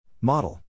Model